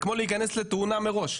זה כמו להיכנס לתאונה מראש.